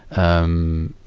um,